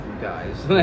guys